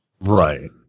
Right